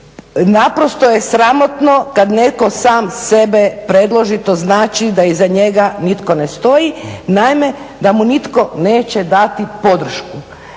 Naprosto je sramotno kad netko sam sebe predloži, to znači da iza njega nitko ne stoji, naime da mu nitko neće dati podršku.